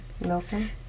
Nelson